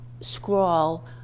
scrawl